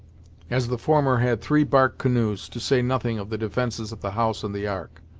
as the former had three bark canoes, to say nothing of the defences of the house and the ark.